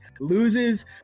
loses